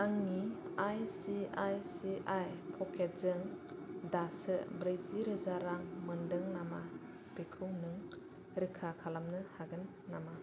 आंनि I C I C I packets जों दासो ब्रैजि रोजा रां मोनदों नामा बेखौ नों रोखा खालामनो हागोन नामा